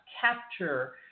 capture